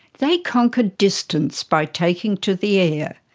they conquered distance by taking to the air.